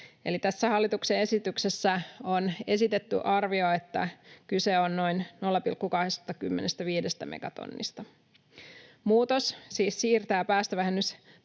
tässä hallituksen esityksessä on esitetty arvio, että kyse on noin 0,25 megatonnista. Muutos siis siirtää päästövähennystaakkaa